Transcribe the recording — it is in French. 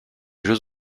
jeux